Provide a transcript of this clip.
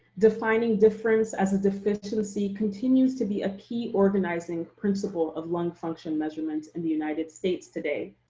defining difference as a deficiency continues to be a key organizing principle of lung function measurements in the united states today,